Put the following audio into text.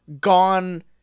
gone